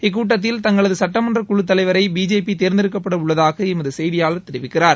இக்கூட்டத்தில் தங்களது சுட்டமன்றக் குழுத் தலைவரை பிஜேபி தேர்ந்தெடுக்கப்பட உள்ளதாக எமது செய்தியாளர் தெரிவிக்கிறார்